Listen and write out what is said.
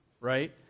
right